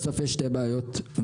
היא תשמש אותנו למשך 45 שנה.